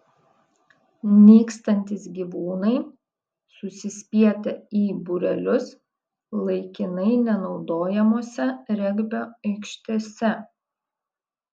nykstantys gyvūnai susispietę į būrelius laikinai nenaudojamose regbio aikštėse